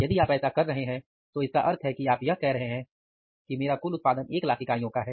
यदि आप ऐसा कर रहे हैं तो इसका अर्थ है कि आप यह कह रहे हैं कि मेरा कुल उत्पादन 100000 इकाइयों का है